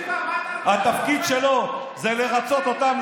התפקיד שלו זה לרצות אותם,